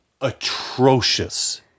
atrocious